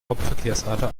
hauptverkehrsader